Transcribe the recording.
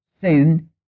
sin